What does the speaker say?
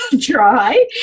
try